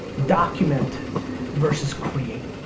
document versus create.